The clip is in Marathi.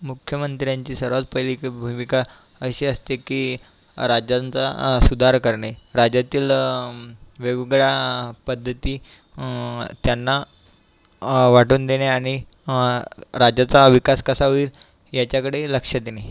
मुख्यमंत्र्यांची सर्वात पहिलीकी भूमिका अशी असते की राज्यांचा सुधार करणे राज्यातील वेगवेगळ्या पद्धती त्यांना वाटून देणे आणि राज्याचा विकास कसा होईल याच्याकडे लक्ष देणे